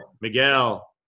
Miguel